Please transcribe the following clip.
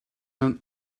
mewn